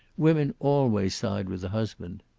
women always side with the husband.